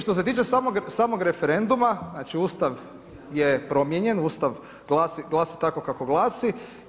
Što se tiče samog referenduma, znači Ustav je promijenjen, Ustav glasi tako kako glasi.